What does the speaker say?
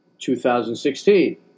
2016